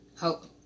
hope